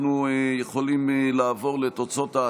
אם